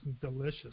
delicious